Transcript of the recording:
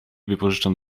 wypożyczam